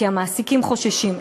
כי המעסיקים חוששים.